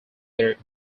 their